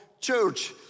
church